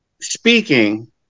speaking